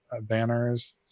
banners